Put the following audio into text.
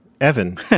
Evan